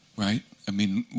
right? i mean,